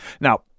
Now